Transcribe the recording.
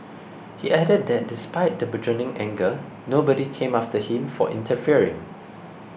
he added that despite the burgeoning anger nobody came after him for interfering